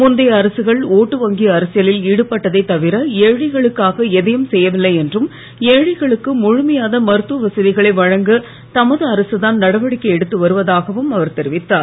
முந்தைய அரசுகள் ஒட்டு வங்கி அரசியலில் ஈடுபட்டதே தவிர ஏழைகளுக்காக எதையும் செய்யவில்லை என்றும் ஏழைகளுக்கு முழுமையான மருத்துவ வசதிகளை வழங்க தமது அரசுதான் நடவடிக்கை எடுத்து வருவதாகவும் அவர் தெரிவித்தார்